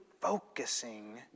focusing